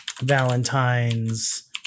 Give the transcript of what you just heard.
Valentines